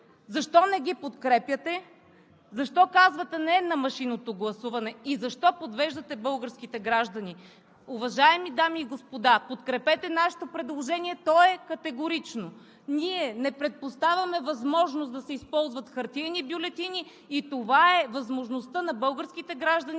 Защо не ги подкрепяте? Защо казвате „не“ на машинното гласуване? И защо подвеждате българските граждани? Уважаеми дами и господа, подкрепете нашето предложение! То е категорично! Ние не предпоставяме възможност да се използват хартиени бюлетини и това е възможността на българските граждани